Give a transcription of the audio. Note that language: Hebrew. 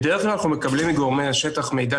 בדרך כלל אנחנו מקבלים מגורמי השטח מידע